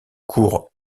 court